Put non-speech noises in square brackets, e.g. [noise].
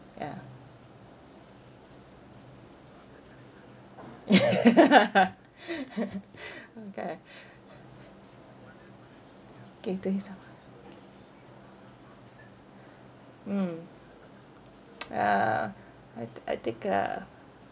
yeah [laughs] okay kay to his sum ah mm [noise] uh I'd I'd take a